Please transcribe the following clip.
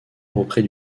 auprès